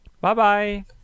Bye-bye